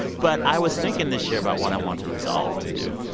but i was thinking this year about what i want to resolve to do.